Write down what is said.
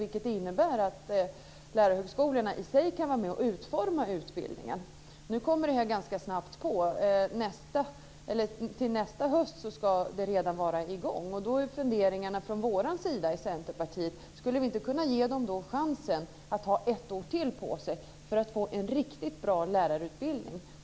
Det innebär att lärarhögskolorna kan vara med och utforma utbildningen. Nu kommer detta ganska snabbt på. Det ska vara i gång redan till nästa höst. Då har vi i Centerpartiet funderat på om vi inte skulle kunna ge dem chansen att ha ett år till på sig för att få en riktigt bra lärarutbildning.